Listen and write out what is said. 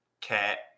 Cat